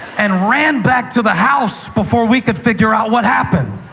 and ran back to the house before we could figure out what happened.